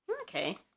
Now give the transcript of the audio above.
Okay